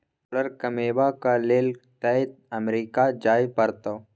dollar comeback लेल तए America जाय परतौ